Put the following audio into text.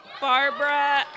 Barbara